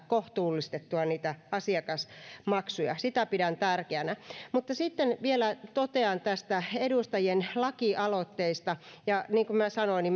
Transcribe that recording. kohtuullistettua asiakasmaksuja sitä pidän tärkeänä mutta sitten vielä totean näistä edustajien lakialoitteista niin kuin sanoin